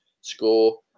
score